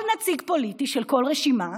כל נציג פוליטי, של כל רשימה,